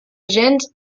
agents